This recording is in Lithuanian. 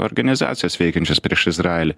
organizacijas veikiančias prieš izraelį